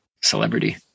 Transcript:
celebrity